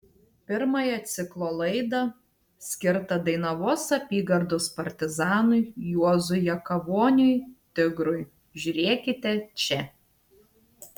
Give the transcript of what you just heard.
pirmąją ciklo laidą skirtą dainavos apygardos partizanui juozui jakavoniui tigrui žiūrėkite čia